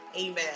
Amen